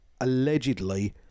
allegedly